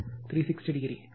எனவே இது ஒரு ஆங்கிள் 360o